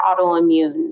autoimmune